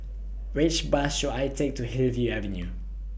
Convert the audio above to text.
Which Bus should I Take to Hillview Avenue